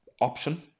option